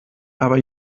aber